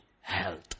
health